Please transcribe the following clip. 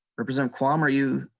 represent climber you.